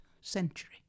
century